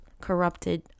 corrupted